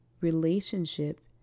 relationship